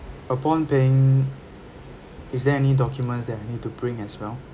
upon paying is there any documents that I need to bring as well